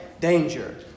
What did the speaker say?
danger